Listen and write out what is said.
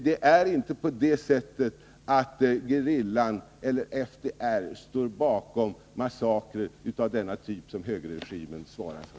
Gerillan FMNL eller FDR står inte bakom massakrer av den typ som högerregimen har ansvar för.